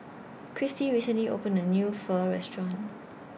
Christy recently opened A New Pho Restaurant